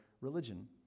religion